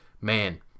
man